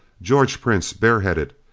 george prince, bare-headed,